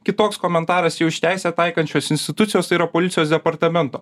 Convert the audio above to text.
kitoks komentaras jau iš teisę taikančios institucijos tai yra policijos departamento